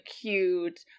cute